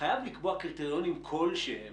חייב לקבוע קריטריונים כל שהם